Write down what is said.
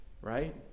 right